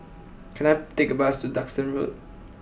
can I take a bus to Duxton Road